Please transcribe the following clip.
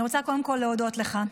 אני רוצה קודם כול להודות לך.